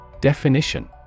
Definition